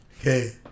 Okay